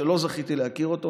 שלא זכיתי להכיר אותו,